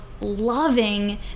loving